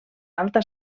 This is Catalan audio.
alta